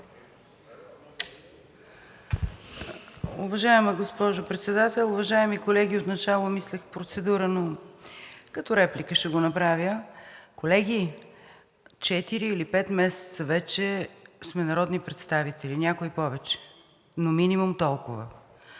Уважаема госпожо Председател, уважаеми колеги! Отначало мислех процедура, но като реплика ще го направя. Колеги, четири или пет месеца вече сме народни представители, някои повече, но минимум толкова.